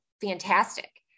fantastic